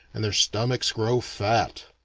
and their stomachs grow fat.